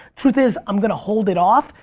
truth is i'm gonna hold it off.